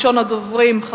הצעות לסדר-היום מס'